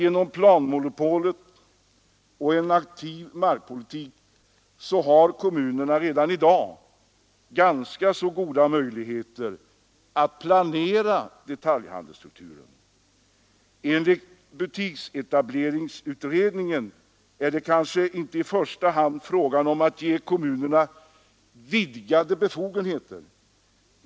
Genom planmonopolet och en aktiv markpolitik har kommunerna redan i dag ganska goda möjligheter att planera detaljhandelstrukturen. Enligt butiksetableringsutredningen är det kanske inte i första hand fråga om att ge kommunerna vidgade befogenheter.